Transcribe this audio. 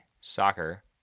soccer